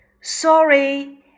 Sorry